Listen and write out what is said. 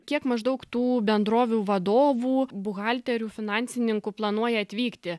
kiek maždaug tų bendrovių vadovų buhalterių finansininkų planuoja atvykti